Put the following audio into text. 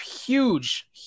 huge